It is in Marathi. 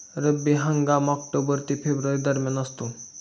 रब्बी हंगाम ऑक्टोबर ते फेब्रुवारी दरम्यान असतो